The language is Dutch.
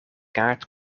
kaart